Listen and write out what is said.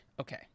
Okay